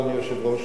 אדוני היושב-ראש,